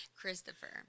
Christopher